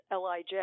LIJ